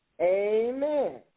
Amen